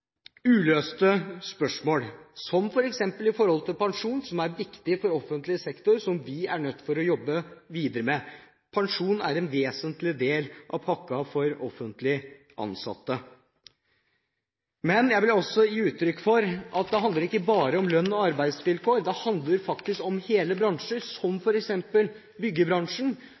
viktig for offentlig sektor, og som vi er nødt til å jobbe videre med. Pensjon er en vesentlig del av pakken for offentlig ansatte. Men jeg vil også gi uttrykk for at det ikke bare handler om lønn og arbeidsvilkår. Det handler faktisk om hele bransjer, som f.eks. byggebransjen,